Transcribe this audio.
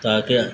تاکہ